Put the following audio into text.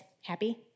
happy